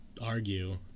argue